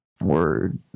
word